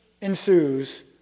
ensues